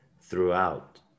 throughout